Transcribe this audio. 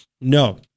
No